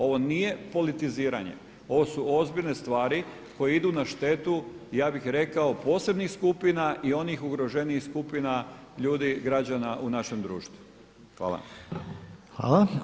Ovo nije politiziranje, ovo su ozbiljne stvari koje idu na štetu ja bih rekao posebnih skupina i onih ugroženijih skupina ljudi građana u našem društvu.